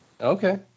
Okay